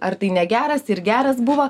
ar tai negeras ir geras buvo